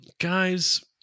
guys